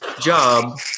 job